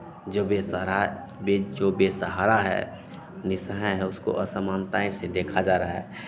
जो बेसहारा बे जो बेसहारा है निःसहाय है उसको असमानताएँ से देखा जा रहा है